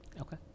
Okay